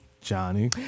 Johnny